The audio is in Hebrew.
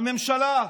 הממשלה.